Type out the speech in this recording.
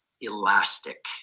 elastic